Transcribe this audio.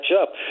up